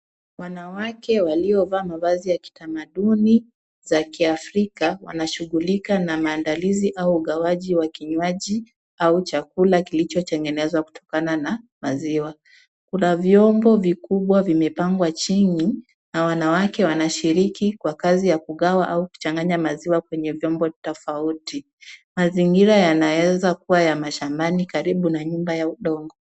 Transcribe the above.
Wanawake waliovaa mavazi ya kitamaduni za kiafrika wanashughulika na maandalizi au ugawaji wa kinywaji au chakula kilicho tengenezwa kutokana na maziwa. Kuna vyombo vikubwa vimepangwa chini na wanawake wanashiriki kwa kazi ya kugawa au kuchanganya maziwa kwenye vyombo tofauti. Mazingira yanaweza kuwa ya mashambani karibu na nyumba ya udongo.